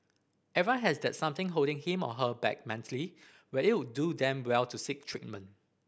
everyone has that something holding him or her back mentally where it would do them well to seek treatment